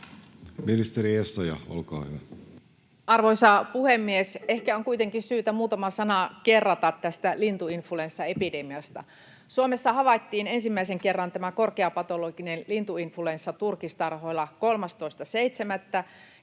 Ministeri Essayah, olkaa hyvä. Arvoisa puhemies! Ehkä on kuitenkin syytä muutama sana kerrata tästä lintuinfluenssaepidemiasta: Suomessa havaittiin ensimmäisen kerran tämä korkeapatologinen lintuinfluenssa turkistarhoilla 13.7.,